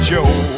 Joe